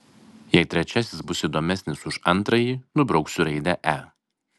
jei trečiasis bus įdomesnis už antrąjį nubrauksiu raidę e